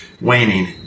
waning